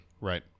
Right